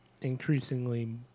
increasingly